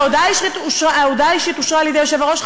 ההודעה האישית אושרה על-ידי היושב-ראש,